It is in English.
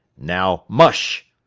now, mush!